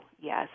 Yes